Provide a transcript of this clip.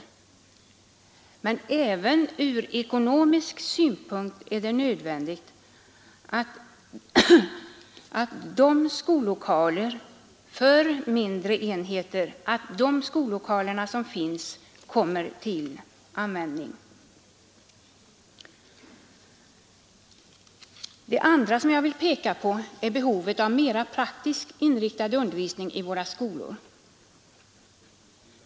Men från ekonomisk synpunkt är det även nödvändigt att se till att de mindre enheter som redan finns kommer till användning. Vidare vill jag peka på behovet av mera praktiskt inriktad undervisning i våra skolor.